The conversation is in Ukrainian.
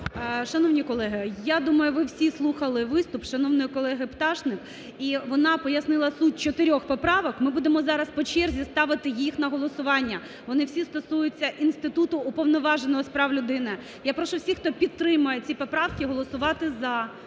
Шановні колеги, я думаю, ви всі слухали виступ шановної колеги Пташник, і вона пояснила суть чотирьох поправок, ми будемо зараз по черзі ставити їх на голосування, вони всі стосуються інституту Уповноваженого з прав людини. Я прошу всіх, хто підтримує ці поправки, голосувати "за".